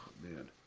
man